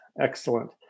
excellent